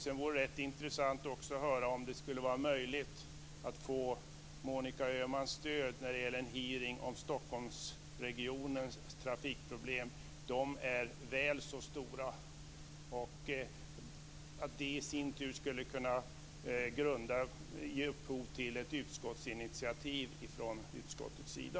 Det vore också intressant att höra om det skulle vara möjligt att få Monica Öhmans stöd när det gäller en hearing om Stockholmsregionens trafikproblem. De är väl så stora. Det skulle i sin tur kunna ge upphov till ett initiativ från utskottets sida.